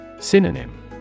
Synonym